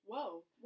Whoa